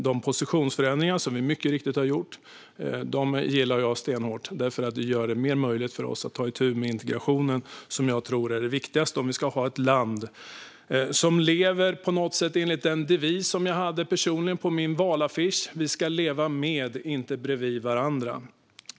De positionsförändringar som vi har gjort gillar jag stenhårt, för de gör det möjligt för oss att ta itu med integrationen, vilket jag tror är det viktigaste om vi ska ha ett land som lever enligt den devis som jag personligen hade på min valaffisch: Vi ska leva med, inte bredvid, varandra.